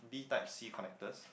B type C connectors